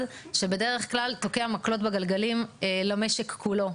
שבדרך כלל תוקע מקלות בגלגלים למשק כולו,